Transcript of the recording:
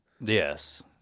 Yes